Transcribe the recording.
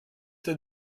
der